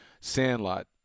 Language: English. Sandlot